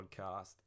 podcast